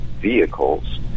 vehicles